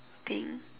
thing